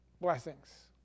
blessings